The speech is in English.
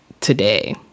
today